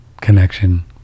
connection